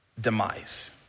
demise